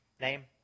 Name